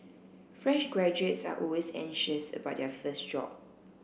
fresh graduates are always anxious about their first job